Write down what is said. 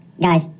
guys